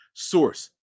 Source